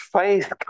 faith